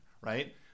right